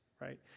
right